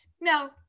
no